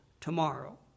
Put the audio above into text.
tomorrow